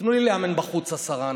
תנו לי לאמן בחוץ עשרה אנשים.